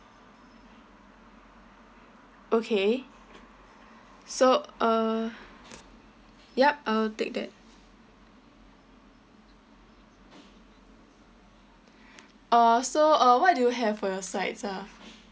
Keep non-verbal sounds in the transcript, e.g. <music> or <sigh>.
okay so uh yup I'll take that <breath> uh so uh what do you have for your sides ah